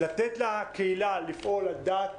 לתת לקהילה לפעול על דעת